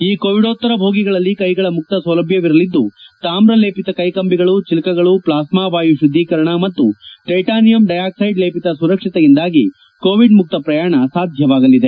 ಈ ಕೋವಿಡೋತ್ತರ ಬೋಗಿಗಳಲ್ಲಿ ಕೈಗಳ ಮುಕ್ತ ಸೌಲಭ್ಯಗಳಿರಲಿದ್ದು ತಾಮ್ರ ಲೇಪಿತ ಕೈಕಂಬಿಗಳು ಚಿಲಕಗಳು ಪ್ಲಾಸ್ನಾ ವಾಯು ಶುದ್ದಿಕರಣ ಮತ್ತು ಟೈಟಾನಿಯಮ್ ಡೈ ಆಕ್ಟೆಡ್ ಲೇಪಿತ ಸುರಕ್ಷತೆಯಿಂದಾಗಿ ಕೋವಿಡ್ ಮುಕ್ತ ಪ್ರಯಾಣ ಸಾಧ್ಯವಾಗಲಿದೆ